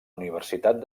universitat